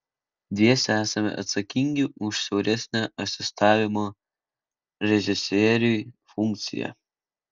dviese esame atsakingi už siauresnę asistavimo režisieriui funkciją